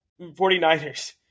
49ers